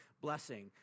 blessing